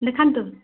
ଦେଖାନ୍ତୁ